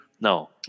No